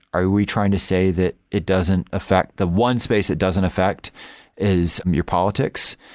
are we trying to say that it doesn't affect the one space it doesn't affect is um your politics.